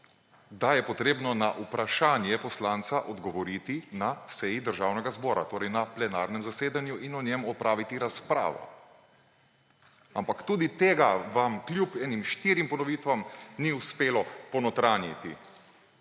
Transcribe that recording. da je treba na vprašanje poslanca odgovoriti na seji Državnega zbora, torej na plenarnem zasedanju, in o njem opraviti razpravo. Ampak tudi tega vam kljub štirim ponovitvam ni uspelo ponotranjiti,